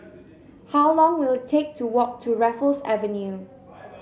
how long will it take to walk to Raffles Avenue